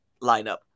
lineup